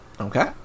okay